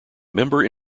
member